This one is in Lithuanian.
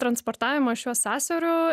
transportavimą šiuo sąsiauriu